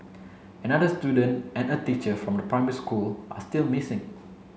another student and a teacher from the primary school are still missing